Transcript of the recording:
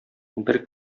бер